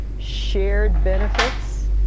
shared benefits,